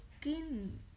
skin